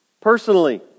Personally